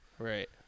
Right